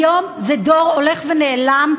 היום זה דור הולך ונעלם,